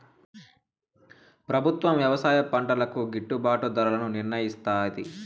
ప్రభుత్వం వ్యవసాయ పంటలకు గిట్టుభాటు ధరలను నిర్ణయిస్తాది